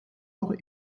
auch